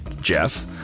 Jeff